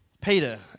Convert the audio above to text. Peter